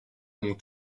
mon